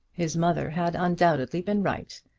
his mother had undoubtedly been right.